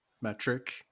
metric